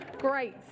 Great